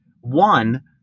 One